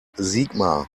sigmar